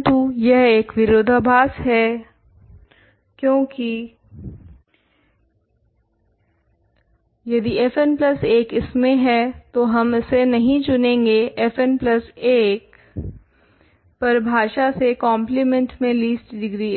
परंतु यह एक विरोधाभास है क्यूंकी यह एक विरोधाभास है क्यूंकी यदि fn प्लस 1 इसमें है तो हम इसे नहीं चुनेंगे fn प्लस 1 परिभाषा से कॉम्प्लिमेंट में लीस्ट डिग्री